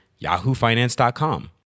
yahoofinance.com